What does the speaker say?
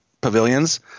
pavilions